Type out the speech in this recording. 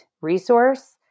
resource